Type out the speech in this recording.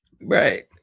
Right